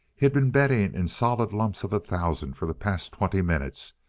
had been betting in solid lumps of a thousand for the past twenty minutes,